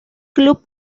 club